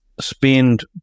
spend